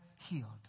healed